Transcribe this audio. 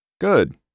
Good